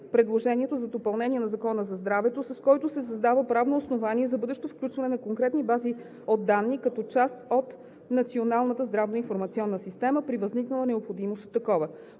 предложението за допълнение на Закона за здравето, с което се създава правно основание за бъдещо включване на конкретни бази от данни като част от Националната здравноинформационна система при възникнала необходимост от такова.